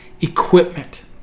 equipment